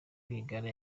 rwigara